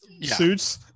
Suits